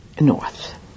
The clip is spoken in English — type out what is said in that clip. north